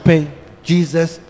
Jesus